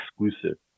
exclusive